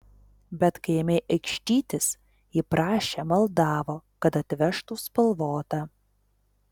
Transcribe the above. bet kai ėmei aikštytis ji prašė maldavo kad atvežtų spalvotą